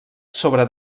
sobre